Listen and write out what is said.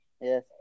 Yes